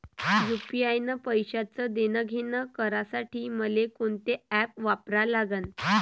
UPI न पैशाचं देणंघेणं करासाठी मले कोनते ॲप वापरा लागन?